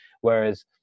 whereas